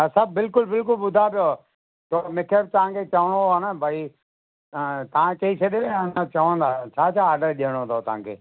हा सभु बिल्कुलु बिल्कुलु ॿुधां पियो मूंखे तव्हांखे चवणो आहे न भई तव्हां तव्हां चई छॾियो चवंदा छा छा ऑडर ॾियणो अथव तव्हांखे